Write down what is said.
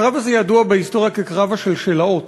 הקרב הזה ידוע בהיסטוריה כ"קרב השלשלאות",